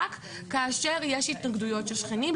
כאשר יש התנגדויות של שכנים.